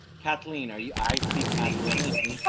kathleen, are you, i see. kathleen